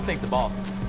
the boss.